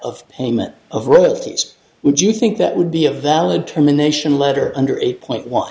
of payment of royalties would you think that would be a valid term the nation letter under eight point